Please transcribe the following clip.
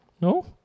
No